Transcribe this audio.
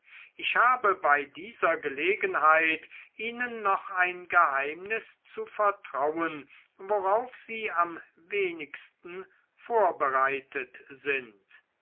ich habe bei dieser gelegenheit ihnen noch ein geheimnis zu vertrauen worauf sie am wenigsten vorbereitet sind